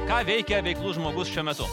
ką veikia veiklus žmogus šiuo metu